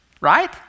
right